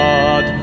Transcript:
God